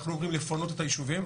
אנחנו אומרים לפנות את הישובים,